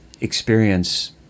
experience